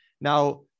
Now